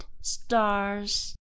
stars